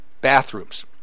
bathrooms